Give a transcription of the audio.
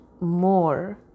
more